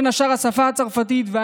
ובין השאר לשפה הצרפתית.